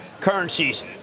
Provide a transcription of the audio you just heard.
currencies